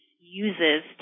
uses